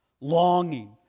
longing